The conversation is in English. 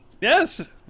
Yes